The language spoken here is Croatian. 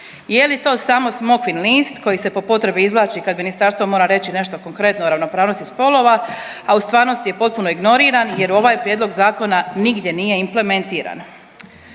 je li to samo smokvin list koji se po potrebi izvlači kad ministarstvo mora reći nešto konkretno o ravnopravnosti spolova, a u stvarnosti je potpuno ignoriran jer ovaj prijedlog zakona nigdje nije implementiran.